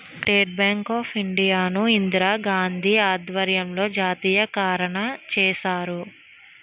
state bank of India ను ఇందిరాగాంధీ ఆధ్వర్యంలో జాతీయకరణ చేశారు